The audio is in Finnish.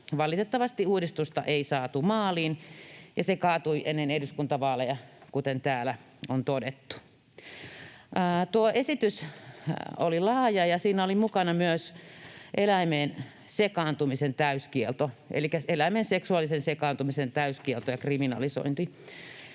Valitettavasti uudistusta ei saatu maaliin ja se kaatui ennen eduskuntavaaleja, kuten täällä on todettu. Tuo esitys oli laaja, ja siinä oli mukana myös eläimeen sekaantumisen täyskielto elikkä eläimeen seksuaalisesti sekaantumisen täyskielto ja kriminalisointi.